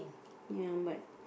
ya but